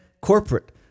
corporate